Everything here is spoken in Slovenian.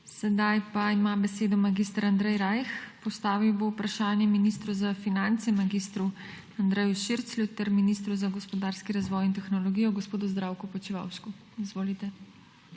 Sedaj pa ima besedo mag. Andrej Rajh. Postavil bo vprašanje ministru za finance mag. Andreju Širclju ter ministru za gospodarski razvoj in tehnologijo gospodu Zdravku Počivalšku. Izvolite.